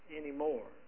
anymore